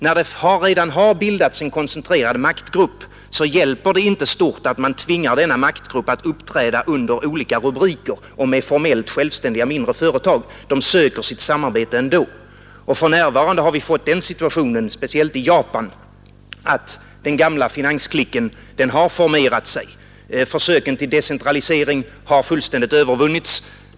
När det redan har bildats en koncentrerad maktgrupp, så hjälper det inte stort att man tvingar denna maktgrupp att uppträda under olika rubriker och med formellt självständiga mindre företag — de söker sitt samarbete ändå. Och för närvarande har vi fått den situationen, speciellt i Japan, att den gamla finansklicken har formerat sig. Försöken till decentralisering har fullständigt övervunnits.